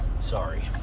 Sorry